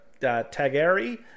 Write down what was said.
Tagari